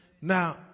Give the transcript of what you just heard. Now